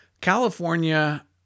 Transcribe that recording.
California